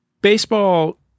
Baseball